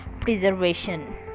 preservation